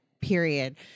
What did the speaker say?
period